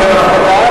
מספר,